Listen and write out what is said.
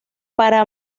para